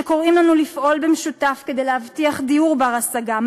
שקוראים לנו לפעול במשותף כדי להבטיח דיור בר-השגה,